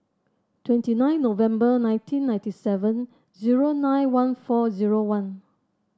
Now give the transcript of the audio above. twenty nine November nineteen ninety seven zero nine one four zero one